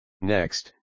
Next